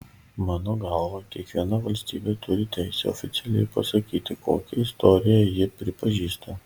mano galva kiekviena valstybė turi teisę oficialiai pasakyti kokią istoriją ji pripažįsta